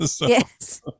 Yes